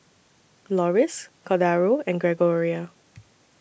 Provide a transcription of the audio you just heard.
Loris Cordaro and Gregoria